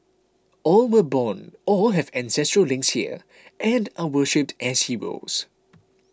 all were born or have ancestral links here and are worshipped as heroes